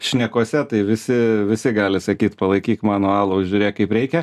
šnekose tai visi visi gali sakyt palaikyk mano alų žiūrėk kaip reikia